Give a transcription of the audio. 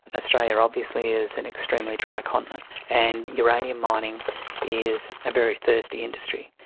and australia obviously is an extremely dry continent, and uranium mining is a very thirsty industry.